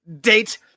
date